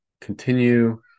continue